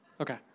Okay